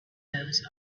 those